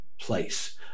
Place